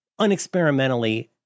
unexperimentally